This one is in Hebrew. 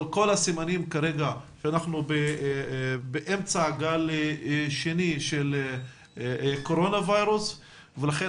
אבל כל הסימנים כרגע מראים שאנחנו באמצע גל שני של וירוס הקורונה ולכן